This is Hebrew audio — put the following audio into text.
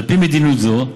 על פי מדיניות זו,